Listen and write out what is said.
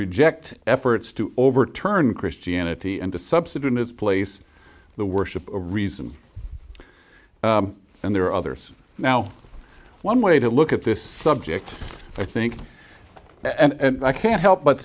reject efforts to overturn christianity and to substitute in its place the worship of reason and there are others now one way to look at this subject i think and i can't help but